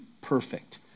perfect